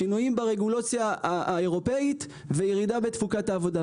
שינויים ברגולציה האירופאית וירידה בתפוקת העבודה.